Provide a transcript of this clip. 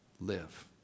live